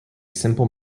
simple